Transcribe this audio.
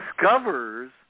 discovers